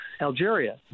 Algeria